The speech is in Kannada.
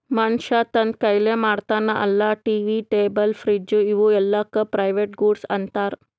ಮನ್ಶ್ಯಾ ತಂದ್ ಕೈಲೆ ಮಾಡ್ತಾನ ಅಲ್ಲಾ ಟಿ.ವಿ, ಟೇಬಲ್, ಫ್ರಿಡ್ಜ್ ಇವೂ ಎಲ್ಲಾಕ್ ಪ್ರೈವೇಟ್ ಗೂಡ್ಸ್ ಅಂತಾರ್